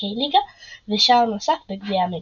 משחקי ליגה, ושער נוסף בגביע המדינה.